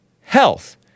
Health